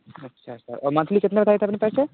अच्छा अच्छा और मंथली कितना बताया था आपने पैसे